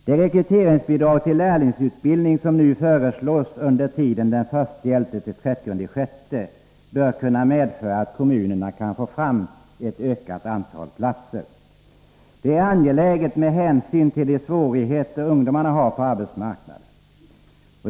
Det rekryteringsbidrag till lärlingsutbildning som nu föreslås under tiden 1 november-30 juni bör kunna medföra att kommunerna kan få fram ett ökat antal platser. Det är angeläget med hänsyn till de svårigheter ungdomarna har på arbetsmarknaden.